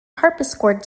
harpsichord